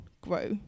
grow